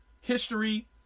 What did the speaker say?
history